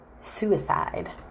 suicide